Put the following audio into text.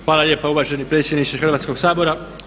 Hvala lijepa uvaženi predsjedniče Hrvatskog sabora.